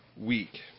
week